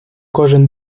кожен